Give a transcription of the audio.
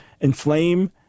inflame